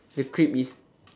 the crib is